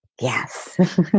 yes